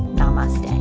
namaste. and